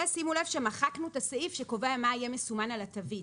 ושימו לב שמחקרנו את הסעיף שקובע מה יהיה מסומן על התווית.